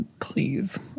Please